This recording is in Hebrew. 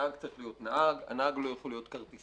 הנהג צריך להיות נהג, הנהג לא יכול להיות כרטיסן.